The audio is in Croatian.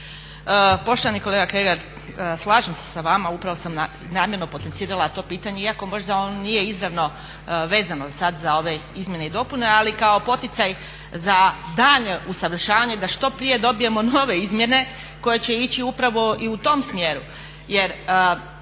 Poštovani kolega Kregar, slažem se sa vama. Upravo sam namjerno potencirala to pitanje, iako možda ono nije izravno vezano sad za ove izmjene i dopune, ali kao poticaj za daljnje usavršavanje da što prije dobijemo nove izmjene koje će ići upravo i u tom smjeru.